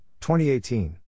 2018